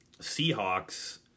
seahawks